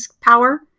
power